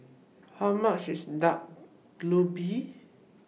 How much IS Dak Galbi